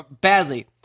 badly